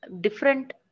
different